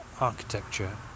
architecture